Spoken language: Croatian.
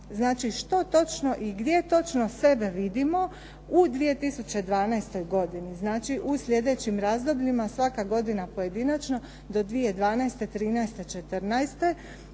Znači što točno i gdje točno sebe vidimo u 2012. godini, znači u slijedećim razdobljima svaka godina pojedinačno do 2012., 2013., 2014.